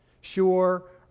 sure